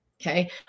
Okay